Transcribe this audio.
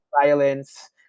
violence